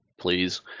please